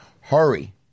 hurry